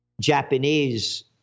Japanese